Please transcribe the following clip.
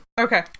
Okay